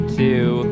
two